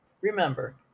remember